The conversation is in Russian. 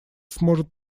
сможет